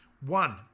One